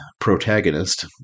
protagonist